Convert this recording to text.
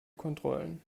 kontrollen